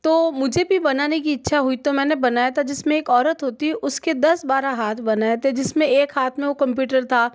तो मुझे भी बनाने की इच्छा हुई तो मैंने बनाया था जिसमें एक औरत होती हैं उसके दस बारह हाथ बनाए थे जिसमें एक हाथ में वह कंप्यूटर था